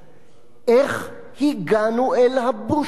איך הגענו אל הבושה הזאת?